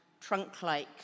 trunk-like